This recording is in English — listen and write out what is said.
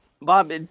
Bob